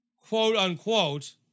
quote-unquote